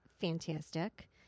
fantastic